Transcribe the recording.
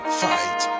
fight